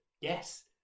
Yes